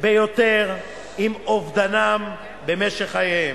ביותר עם אובדנם במשך חייהם.